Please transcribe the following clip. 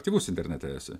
aktyvus internete esi